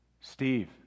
Steve